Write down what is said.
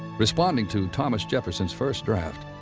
responding to thomas jefferson's first draft,